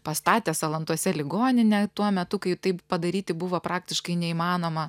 pastatė salantuose ligoninę tuo metu kai tai padaryti buvo praktiškai neįmanoma